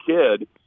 kid